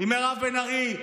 עם מירב בן ארי,